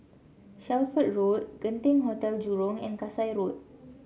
Shelford Road Genting Hotel Jurong and Kasai Road